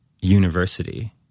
university